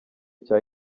cya